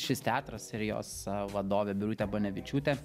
šis teatras ir jos vadovė birutė banevičiūtė